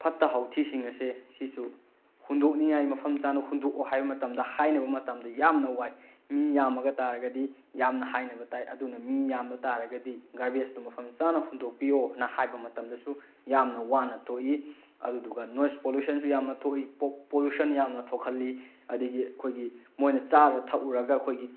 ꯐꯠꯇ ꯍꯥꯎꯗꯤꯁꯤꯡ ꯑꯁꯦ ꯁꯤꯁꯨ ꯍꯨꯟꯗꯣꯛꯅꯤꯡꯉꯥꯏ ꯃꯐꯝ ꯆꯥꯅ ꯍꯨꯟꯗꯣꯛꯑꯣ ꯍꯥꯏꯕ ꯃꯇꯝꯗ ꯍꯥꯏꯅꯕ ꯃꯇꯝꯗ ꯌꯥꯝꯅ ꯋꯥꯏ ꯃꯤ ꯌꯥꯝꯕ ꯇꯥꯔꯒꯗꯤ ꯌꯥꯝꯅ ꯍꯥꯏꯅꯕ ꯇꯥꯏ ꯑꯗꯨꯅ ꯃꯤ ꯌꯥꯝꯕ ꯇꯥꯔꯒꯗꯤ ꯒꯥꯔꯕꯦꯖꯇꯣ ꯃꯐꯝ ꯆꯥꯅ ꯍꯨꯟꯗꯣꯛꯄꯤꯌꯣꯅ ꯍꯥꯏꯕ ꯃꯇꯝꯗꯁꯨ ꯌꯥꯝꯅ ꯋꯥꯅ ꯊꯣꯛꯏ ꯑꯗꯨꯗꯨꯒ ꯅꯣꯏꯁ ꯄꯣꯂꯨꯁꯟꯁꯨ ꯌꯥꯝꯅ ꯊꯣꯛꯏ ꯄꯣꯂꯨꯁꯟ ꯌꯥꯝꯅ ꯊꯣꯛꯍꯟꯂꯤ ꯑꯨꯗꯒꯤ ꯑꯩꯈꯣꯏꯒꯤ ꯃꯣꯏꯅ ꯆꯕ ꯊꯛꯎꯔꯒ ꯑꯩꯈꯣꯏꯒꯤ